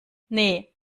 nee